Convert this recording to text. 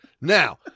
Now